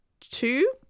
two